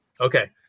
Okay